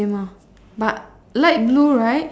same ah but light blue right